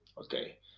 Okay